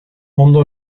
ondo